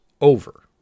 over